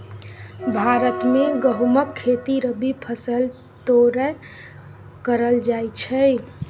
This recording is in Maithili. भारत मे गहुमक खेती रबी फसैल तौरे करल जाइ छइ